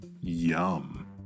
Yum